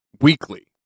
weekly